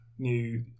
New